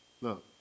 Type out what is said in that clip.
Look